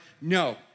no